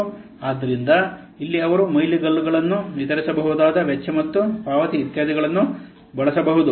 ಆದ್ದರಿಂದ ಇಲ್ಲಿ ಅವರು ಮೈಲಿಗಲ್ಲುಗಳನ್ನು ವಿತರಿಸಬಹುದಾದ ವೆಚ್ಚ ಮತ್ತು ಪಾವತಿ ಇತ್ಯಾದಿಗಳನ್ನು ಬಳಸಬಹುದು